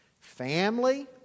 Family